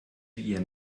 ihren